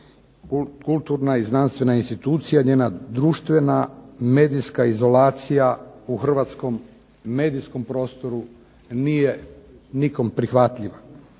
kulturna i znanstvena institucija i njena društvena medijska izolacija u hrvatskom medijskom prostoru nije nikom prihvatljiva.